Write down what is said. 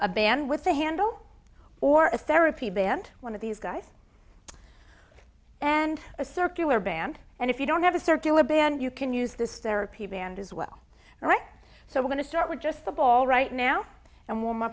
a band with a handle or a therapy band one of these guys and a circular band and if you don't have a circular band you can use this therapy band as well right so we're going to start with just the ball right now and w